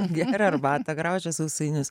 geria arbatą graužia sausainius